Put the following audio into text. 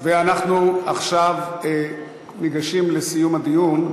אנחנו עכשיו ניגשים לסיום הדיון,